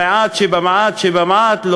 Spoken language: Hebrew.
המעט שבמעט שבמעט,